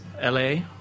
L-A